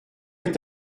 est